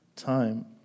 time